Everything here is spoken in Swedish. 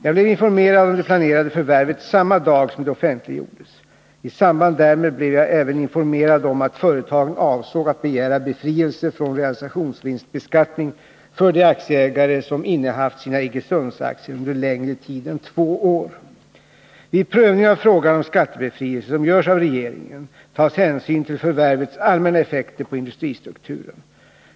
Jag blev informerad om det planerade förvärvet samma dag som det offentliggjordes. I samband därmed blev jag även informerad om att företagen avsåg att begära befrielse från realisationsvinstbeskattning för de aktieägare som innehaft sina Iggesundsaktier under längre tid än två år. Vid prövning av frågan om skattebefrielse, som görs av regeringen, tas hänsyn till förvärvets allmänna effekter på industristrukturen.